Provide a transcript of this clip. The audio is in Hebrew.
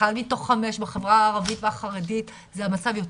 אחד מתוך חמש בחברה הערבית והחרדית והמצב שם